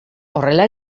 horrela